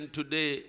today